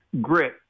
grit